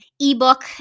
ebook